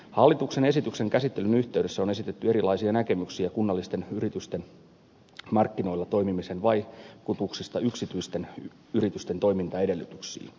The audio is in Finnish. hallituksen esityksen käsittelyn yhteydessä on esitetty erilaisia näkemyksiä kunnallisten yritysten markkinoilla toimimisen vaikutuksista yksityisten yritysten toimintaedellytyksiin